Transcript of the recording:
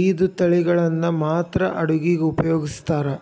ಐದು ತಳಿಗಳನ್ನ ಮಾತ್ರ ಅಡುಗಿಗ ಉಪಯೋಗಿಸ್ತ್ರಾರ